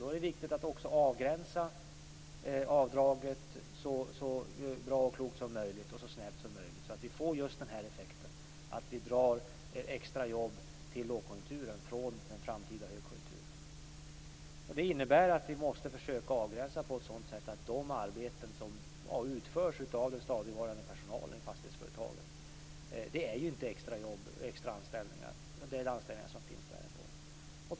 Då är det viktigt att också avgränsa avdraget så snävt som möjligt, så att vi får just den effekten att vi drar extra jobb till lågkonjunkturen från den framtida högkonjunkturen. De arbeten som utförs av den stadigvarande personalen i fastighetsföretagen är ju inte extra anställningar utan det är anställningar som finns där ändå.